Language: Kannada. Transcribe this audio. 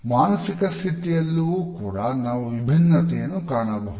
ಮಾನಸಿಕ ಸ್ಥಿತಿಯಲ್ಲಿಯೂ ಕೂಡ ನಾವು ವಿಭಿನ್ನತೆಯನ್ನು ಕಾಣಬಹುದು